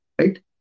Right